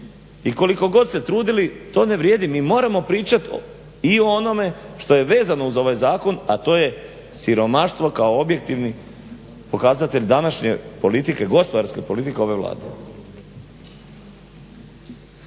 I koliko god se trudili to ne vrijedi, mi moramo pričat i o onome što je vezano uz ovaj zakon a to je siromaštvo kao objektivni pokazatelj današnje politike, gospodarske politike ove Vlade.